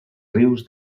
rius